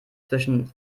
zwischen